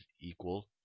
equal